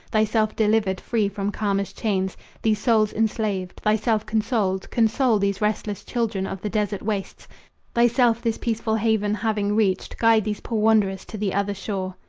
thyself delivered, free from karma's chains these souls enslaved thyself consoled, console these restless children of the desert wastes thyself this peaceful haven having reached, guide these poor wanderers to the other shore.